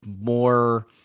more